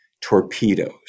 torpedoes